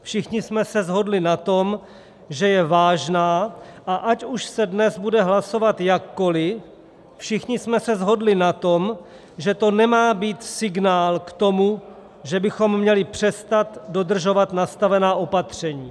Všichni jsme se shodli na tom, že je vážná, a ať už se dnes bude hlasovat jakkoliv, všichni jsme se shodli na tom, že to nemá být signál k tomu, že bychom měli přestat dodržovat nastavená opatření.